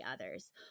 others